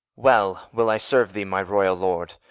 well will i serve thee, my royal lord.